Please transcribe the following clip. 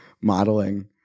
modeling